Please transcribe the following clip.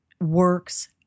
works